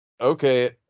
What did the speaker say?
okay